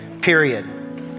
period